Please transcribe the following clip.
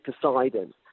Poseidon